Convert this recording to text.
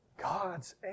God's